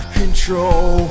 control